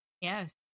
yes